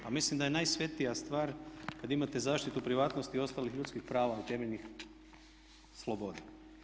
Pa mislim da je najsvetija stvar kad imate zaštitu privatnosti i ostalih ljudskih prava i temeljnih sloboda.